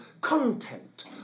content